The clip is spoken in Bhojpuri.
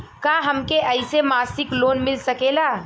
का हमके ऐसे मासिक लोन मिल सकेला?